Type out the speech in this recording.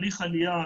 הליך העלייה,